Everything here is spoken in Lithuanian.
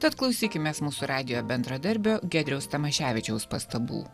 tad klausykimės mūsų radijo bendradarbio giedriaus tamoševičiaus pastabų